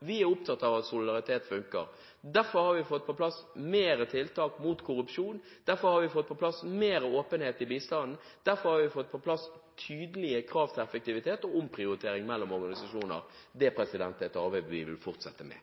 Vi er opptatt av at solidaritet funker. Derfor har vi fått på plass flere tiltak mot korrupsjon. Derfor har vi fått på plass større åpenhet i bistanden. Derfor har vi fått på plass tydelige krav til effektivitet og omprioritering mellom organisasjoner. Det er et arbeid vi vil fortsette med.